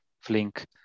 Flink